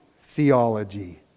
theology